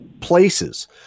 places